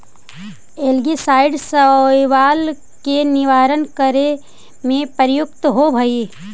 algicide शैवाल के निवारण करे में प्रयुक्त होवऽ हई